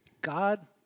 God